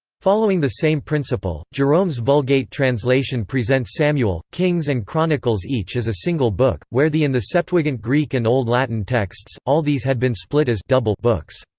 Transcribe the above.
following the same principle, jerome's vulgate translation presents samuel, kings and chronicles each as a single book where the in the septuagint greek and old latin texts, all these had been split as double books.